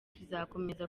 tuzakomeza